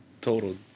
total